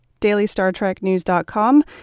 DailyStarTrekNews.com